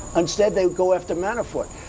instead, they would go after manafort!